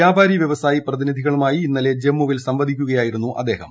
വ്യാപാരി വ്യവസായി പ്രതിനിധികളുമായി ഇന്നലെ ജമ്മുവിൽ സംവദിക്കുകയായിരുന്നു അദ്ദേഹം